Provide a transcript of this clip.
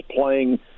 playing